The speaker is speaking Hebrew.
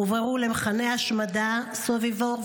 והועברו למחנה ההשמדה סוביבור,